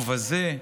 ובזה,